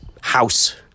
house